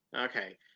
Okay